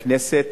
לכנסת,